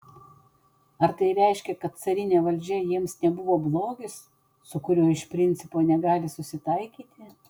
ar tai reiškia kad carinė valdžia jiems nebuvo blogis su kuriuo iš principo negali susitaikyti